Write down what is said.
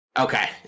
Okay